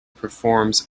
performs